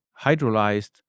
hydrolyzed